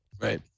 Right